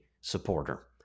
supporter